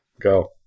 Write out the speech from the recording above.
Go